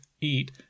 eat